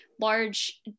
large